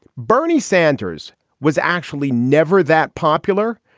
bernie sanders was actually never that popular.